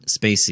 Spacey